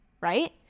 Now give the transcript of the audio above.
right